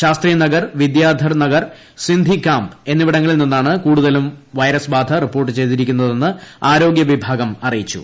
Shastri Nagar Vidyadhar Nagar Sindhi camp എന്നിവിടങ്ങളിൽ നിന്നാണ് കൂടുതലും വൈസ് ബാധ റിപ്പോർട്ട് ചെയ്തിരിക്കുന്നതെന്ന് ആരോഗൃ വിഭാഗം അറിയിച്ചു